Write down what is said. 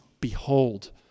behold